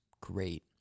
great